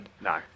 no